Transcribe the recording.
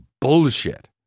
bullshit